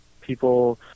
People